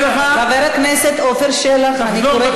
חבר הכנסת עפר שלח, אני מבקשת להפסיק.